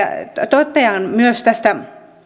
totean myös tästä